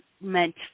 meant